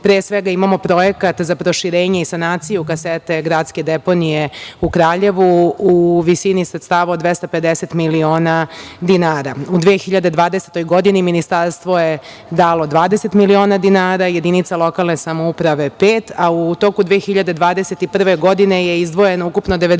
Pre svega, imamo Projekat za proširenje i sanaciju kasete gradske deponije u Kraljevu u visini sredstava od 250 miliona dinara.U 2020. godini ministarstvo je dalo 20 miliona dinara, jedinica lokalne samouprave pet, a u toku 2021. godine je izdvojeno ukupno 90 miliona dinara.